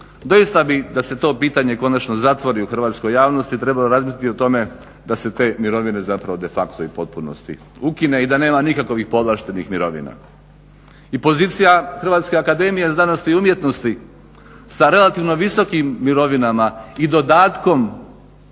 Doista bih da se to pitanje konačno zatvori javnosti trebalo razmislit i o tome da se te mirovine zapravo de facto i u potpunosti ukine i da nema nikakvih povlaštenih mirovina. I pozicija HAZU sa relativno visokim mirovinama i dodatkom